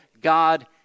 God